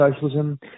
socialism